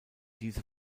diese